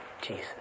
Jesus